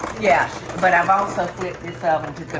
yeah, but i've also flipped this oven to